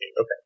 Okay